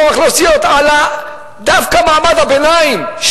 דווקא מעמד הביניים,